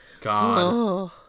God